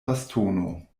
bastono